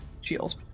shield